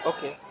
Okay